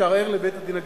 תערער לבית-הדין הגדול.